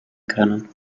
können